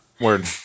word